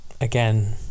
again